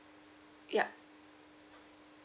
yup